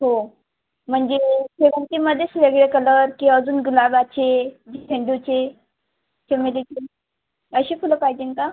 हो म्हणजे शेवंतीमध्येच वेगळे कलर की अजून गुलाबाचे झेंडूचे चमेलीचे अशी फुलं पाहिजे का